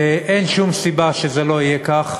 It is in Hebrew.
אין שום סיבה שזה לא יהיה כך.